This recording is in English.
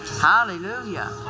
Hallelujah